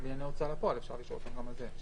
ההוצאה לפועל אפשר לשאול אותם גם על זה.